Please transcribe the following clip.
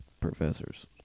professors